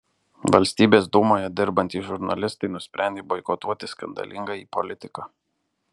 valstybės dūmoje dirbantys žurnalistai nusprendė boikotuoti skandalingąjį politiką